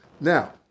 Now